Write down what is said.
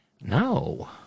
No